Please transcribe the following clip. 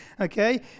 okay